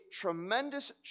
tremendous